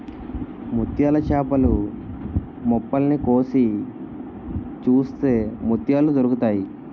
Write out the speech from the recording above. ముత్యాల చేపలు మొప్పల్ని కోసి చూస్తే ముత్యాలు దొరుకుతాయి